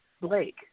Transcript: Blake